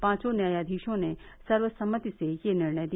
पांचों न्यायाधीशों ने सर्वसम्मति से यह निर्णय दिया